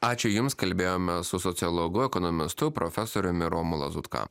ačiū jums kalbėjome su sociologu ekonomistu profesoriumi romu lazutka